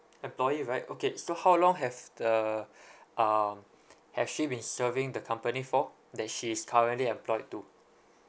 employee right okay so how long have the um has she been serving the company for that she is currently employed to